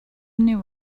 new